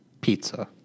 Pizza